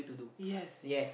yes yes